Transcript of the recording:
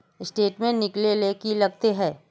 Statement निकले ले की लगते है?